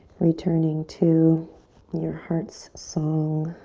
returning to your heart's song.